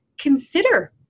consider